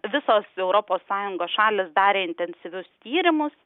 visos europos sąjungos šalys darė intensyvius tyrimus